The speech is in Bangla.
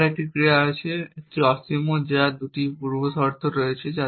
আমার একটি ক্রিয়া আছে একটি অসীম যার এই দুটি পূর্বশর্ত রয়েছে